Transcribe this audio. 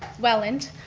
welland,